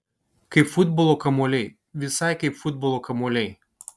kaip futbolo kamuoliai visai kaip futbolo kamuoliai